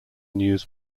news